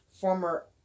Former